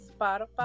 Spotify